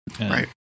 Right